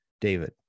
David